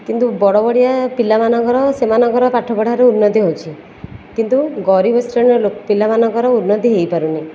କିନ୍ତୁ ବଡ଼ ବଡ଼ିଆ ପିଲାମାନଙ୍କର ସେମାନଙ୍କ ପାଠ ପଢ଼ାରେ ଉନ୍ନତି ହେଉଛି କିନ୍ତୁ ଗରିବ ଶ୍ରେଣୀ ପିଲାମାନଙ୍କର ଉନ୍ନତି ହୋଇପାରୁନି